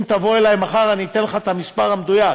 אם תבוא אלי מחר, אני אתן לך את המספר המדויק,